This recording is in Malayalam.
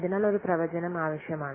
അതിനാൽ ഒരു പ്രവചനം ആവശ്യമാണ്